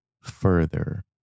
further